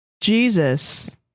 Jesus